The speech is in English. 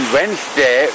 Wednesday